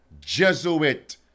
Jesuit